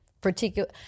particular